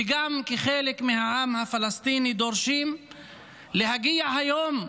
וגם כחלק מהעם הפלסטיני, דורשים להגיע היום,